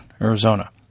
Arizona